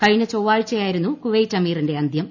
കഴിഞ്ഞ ചൊവ്വാഴ്ചയായിരുന്നു കുവൈറ്റ് അമീറിന്റെ അന്ത്യം